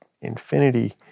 infinity